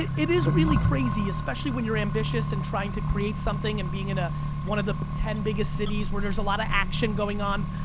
it is really crazy especially when you're ambitious and trying to create something and being in ah one of the ten biggest cities where there's a lot of action going on.